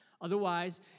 Otherwise